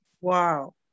Wow